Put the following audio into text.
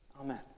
Amen